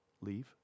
leave